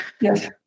Yes